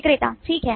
विक्रेता ठीक है